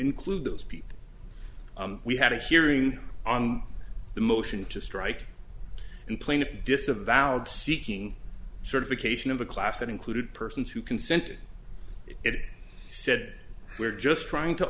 include those people we had a hearing on the motion to strike and plaintiff disavowed seeking certification of a class that included persons who consented it said we're just trying to